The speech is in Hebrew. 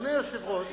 חלילה,